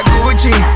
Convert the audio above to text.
Gucci